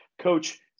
coach